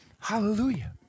Hallelujah